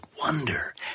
wonder